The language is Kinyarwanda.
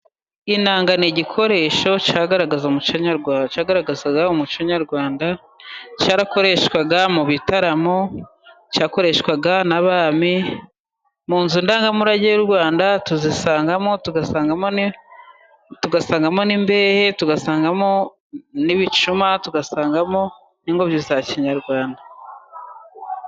Inanga ni igikoresho cyagaragazaga umuco nyarwanda. Cyarakoreshwaga mu bitaramo, cyakoreshwaga n'abami. Mu nzu ndangamurage y'u rwanda tuzisangamo, tugasangamo n'imbehe, tugasangamo n'ibicuma, tugasangamo n'ingobyi za kinyarwanda.